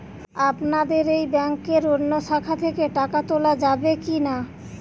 আপনাদের এই ব্যাংকের অন্য শাখা থেকে টাকা তোলা যাবে কি না?